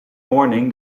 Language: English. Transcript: morning